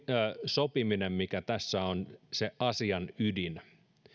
sopimista mikä tässä on se asian ydin